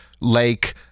lake